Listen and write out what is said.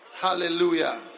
Hallelujah